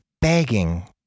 begging